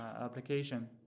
application